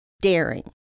daring